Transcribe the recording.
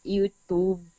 YouTube